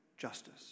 justice